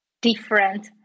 different